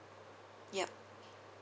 yup